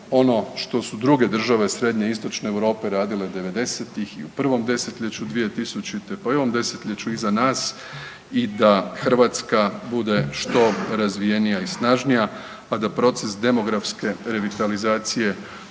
ono što su druge države srednje i istočne Europe radile '90.-tih i u prvom 10-ljeću 2000., pa i u ovom 10-ljeću iza nas i da Hrvatska bude što razvijenija i snažnija, a da proces demografske revitalizacije